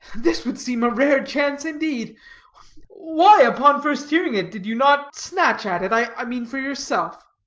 this would seem a rare chance, indeed why, upon first hearing it, did you not snatch at it? i mean for yourself!